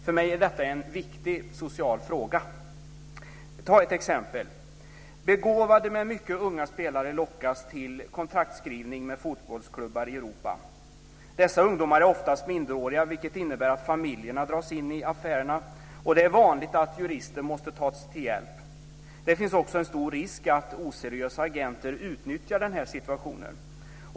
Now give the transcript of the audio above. För mig är detta en viktig social fråga. Jag tar ett exempel. Begåvade men mycket unga spelare lockas till kontraktsskrivning med fotbollsklubbar i Europa. Dessa ungdomar är oftast minderåriga, vilket innebär att familjerna dras in i affärerna, och det är vanligt att jurister måste tas till hjälp. Det finns också en stor risk att oseriösa agenter utnyttjar denna situation.